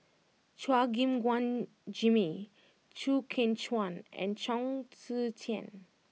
Chua Gim Guan Jimmy Chew Kheng Chuan and Chong Tze Chien